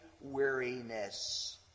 weariness